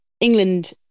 England